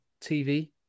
TV